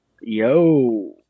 Yo